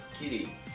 kitty